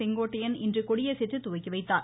செங்கோட்டையன் இன்று கொடியசைத்து துவக்கி வைத்தார்